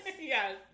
Yes